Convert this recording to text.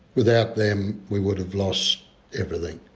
without them, we would have lost everything.